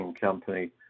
company